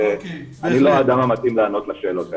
אני לא האדם המתאים לענות לשאלות הללו.